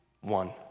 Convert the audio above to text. one